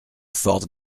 forte